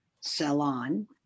Salon